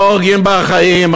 לא הורגים בחיים.